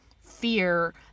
fear